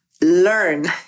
learn